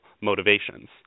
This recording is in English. motivations